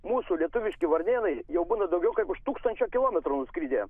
mūsų lietuviški varnėnai jau būna daugiau kaip už tūkstančio kilometrų nuskridę